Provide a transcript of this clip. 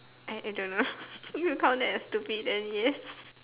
I I don't know you count that as stupid then yes